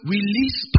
Release